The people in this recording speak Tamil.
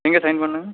எங்கே சைன் பண்ணணுங்க